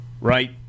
right